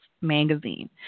Magazine